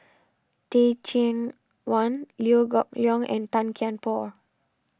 Teh Cheang Wan Liew Geok Leong and Tan Kian Por